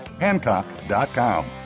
Hancock.com